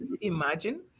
Imagine